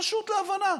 פשוט להבנה,